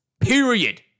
Period